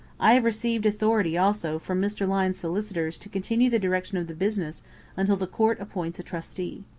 i have received authority also from mr. lyne's solicitors to continue the direction of the business until the court appoints a trustee.